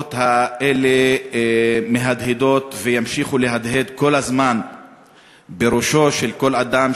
המראות האלה מהדהדים וימשיכו להדהד כל הזמן בראשו של כל אדם,